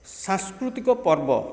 ସାଂସ୍କୃତିକ ପର୍ବ